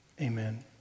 Amen